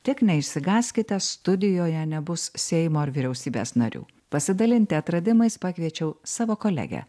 tik neišsigąskite studijoje nebus seimo ar vyriausybės narių pasidalinti atradimais pakviečiau savo kolegę